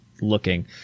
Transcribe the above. looking